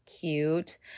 cute